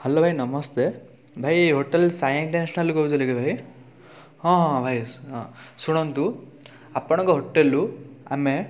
hello ଭାଇ ନମସ୍ତେ ଭାଇ ହୋଟେଲ୍ ସାଇ ଇଣ୍ଟରନ୍ୟାସନାଲ୍ରୁ କହୁଥିଲେ କି ଭାଇ ହଁ ହଁ ଭାଇ ହଁ ଶୁଣନ୍ତୁ ଆପଣଙ୍କ ହୋଟେଲ୍ରୁ ଆମେ